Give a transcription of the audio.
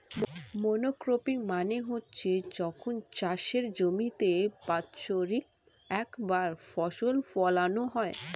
monocropping মানে হচ্ছে যখন চাষের জমিতে বাৎসরিক একবার ফসল ফোলানো হয়